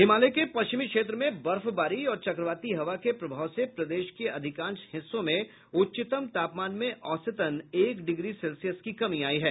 हिमालय के पश्चिम क्षेत्र में बर्फवारी और चक्रवाती हवा के प्रभाव से प्रदेश के अधिकांश हिस्सों में उच्चतम तापमान में औसतन एक डिग्री सेल्सियस की कमी आयी है